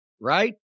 right